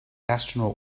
astronaut